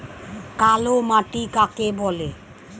কালো মাটি কাকে বলে?